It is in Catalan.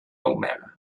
omega